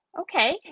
okay